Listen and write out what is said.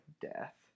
Death